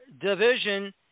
division